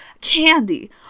candy